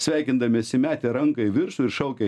sveikindamiesi metė ranką į viršų ir šaukė